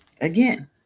again